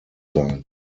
sein